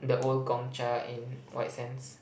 the old Gong-Cha in White Sands